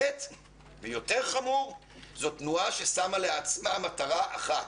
ועוד יותר חמור, זאת תנועה ששמה לעצמה מטרה אחת: